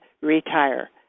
Retire